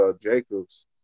Jacobs